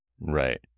Right